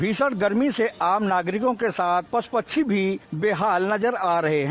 भीषण गर्मी से आम नागरिकों के साथ साथ पशु पक्षी भी बेहाल नजर आ रहे है